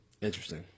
Interesting